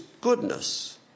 goodness